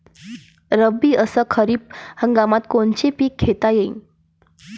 रब्बी अस खरीप हंगामात कोनचे पिकं घेता येईन?